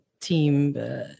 team